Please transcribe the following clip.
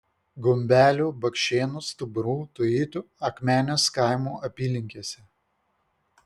gumbelių bakšėnų stuburų tuitų akmenės kaimų apylinkėse